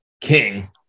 King